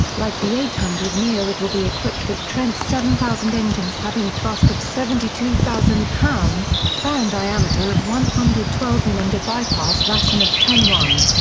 like the eight hundred neo it will be equipped with trent seven thousand engines having thrust of seventy two thousand lb, fan diameter of one hundred and twelve in and a bypass ration of ten one.